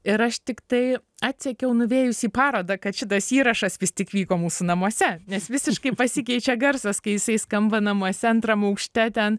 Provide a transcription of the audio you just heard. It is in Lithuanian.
ir aš tiktai atsekiau nuvėjus į parodą kad šitas įrašas vis tik vyko mūsų namuose nes visiškai pasikeičia garsas kai jisai skamba namuose antram aukšte ten